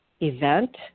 event